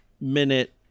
Minute